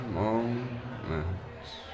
moments